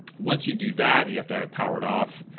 once you do that you have to have it powered off